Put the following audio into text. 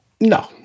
No